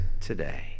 today